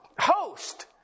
host